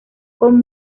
con